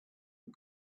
and